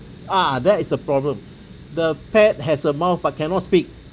ah that is the problem the pet has a mouth but cannot speak